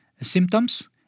Symptoms